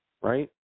right